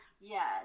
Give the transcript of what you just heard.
Yes